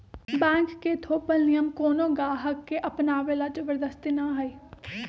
bank के थोपल नियम कोनो गाहक के अपनावे ला जबरदस्ती न हई